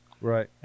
right